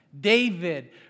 David